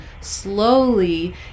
slowly